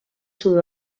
sud